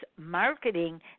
marketing